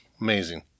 amazing